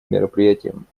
мероприятием